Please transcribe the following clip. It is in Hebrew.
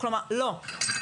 כלומר לא,